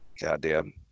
Goddamn